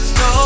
no